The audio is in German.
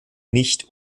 nicht